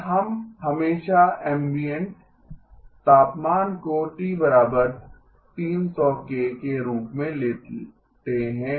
और हम हमेशा एम्बिएंट तापमान को T 300 K के रूप में लेते हैं